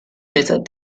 later